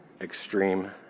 extreme